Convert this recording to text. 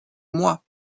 moi